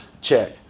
Check